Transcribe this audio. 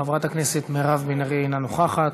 חברת הכנסת מירב בן ארי, אינה נוכחת.